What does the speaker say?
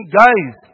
guys